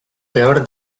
peor